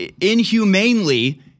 inhumanely